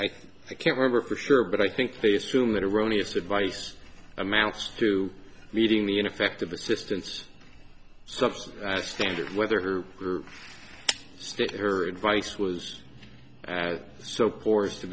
to i can't remember for sure but i think they assume that erroneous advice amounts to meeting the ineffective assistance subsidy standard whether her state her advice was so poor as to